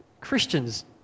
Christians